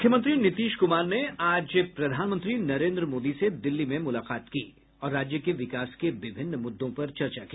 मुख्यमंत्री नीतीश कुमार ने आज प्रधानमंत्री नरेन्द्र मोदी से दिल्ली में मुलाकात की और राज्य के विकास के विभिन्न मुद्दों पर चर्चा की